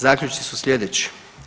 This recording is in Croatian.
Zaključci su slijedeći.